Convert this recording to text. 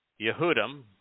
Yehudim